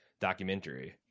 documentary